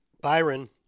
Byron